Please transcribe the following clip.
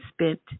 spent